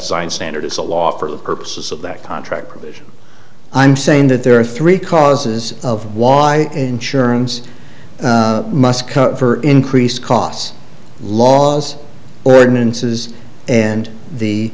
science standard is a law for the purposes of that contract provision i'm saying that there are three causes of why insurance must cover increased costs laws ordinances and the